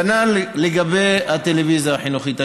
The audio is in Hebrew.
כנ"ל לגבי הטלוויזיה החינוכית.